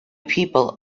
people